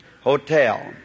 Hotel